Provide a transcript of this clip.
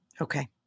Okay